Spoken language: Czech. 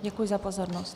Děkuji za pozornost.